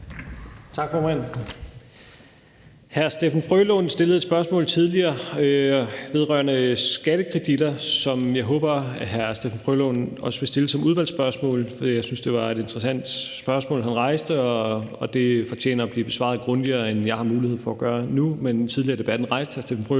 Tak, formand. Hr. Steffen W. Frølund stillede et spørgsmål tidligere vedrørende skattekreditter, som jeg håber at hr. Steffen W. Frølund også vil stille som udvalgsspørgsmål. For jeg synes, at det var et interessant spørgsmål, han rejste, og det fortjener at blive besvaret grundigere, end jeg har mulighed for at gøre nu. Tidligere i debatten rejste hr. Steffen W. Frølund